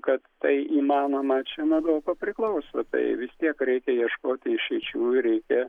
kad tai įmanoma čia nuo daug ko priklauso tai vis tiek reikia ieškoti išeičių ir reikia